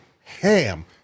ham